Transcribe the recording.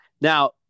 Now